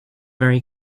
very